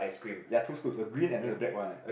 ya two scoops the green and than the black one eh